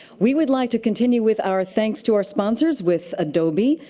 we would like to continue with our thanks to our sponsors with adobe,